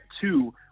two